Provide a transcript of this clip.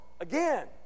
again